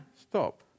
Stop